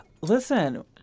Listen